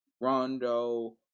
Rondo